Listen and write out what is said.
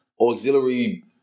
auxiliary